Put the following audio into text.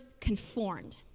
conformed